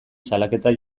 salaketa